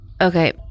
Okay